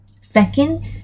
Second